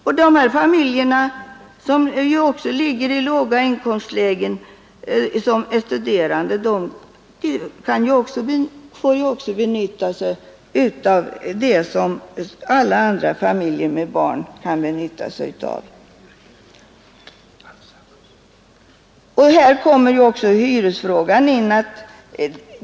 Också studerandefamiljerna, som ligger i låga inkomstlägen, får ju benytta sig av det stöd som alla andra familjer med barn åtnjuter. I detta sammanhang kommer också hyresfrågan in.